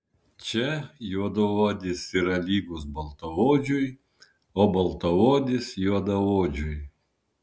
čia juodaodis yra lygus baltaodžiui o baltaodis juodaodžiui